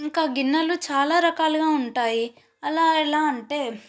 ఇంకా గిన్నెలు చాలా రకాలుగా ఉంటాయి అలా ఎలా అంటే